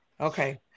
Okay